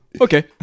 Okay